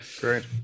great